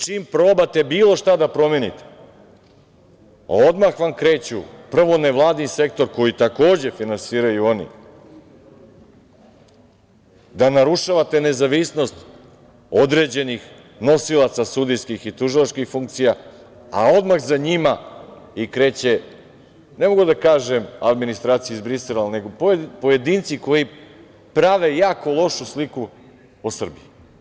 Čim probate bilo šta da promenite, odmah vam kreću, prvo, nevladin sektor koji takođe finansiraju oni, da narušavate nezavisnost određenih nosilaca sudijskih i tužilačkih funkcija, a odmah za njima kreće, ne mogu da kažem, administracija iz Brisela, nego pojedinci koji prave jako lošu sliku o Srbiji.